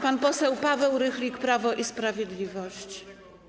Pan poseł Paweł Rychlik, Prawo i Sprawiedliwość.